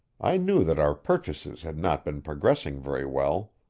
i knew that our purchases had not been progressing very well.